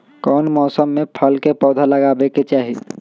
कौन मौसम में फल के पौधा लगाबे के चाहि?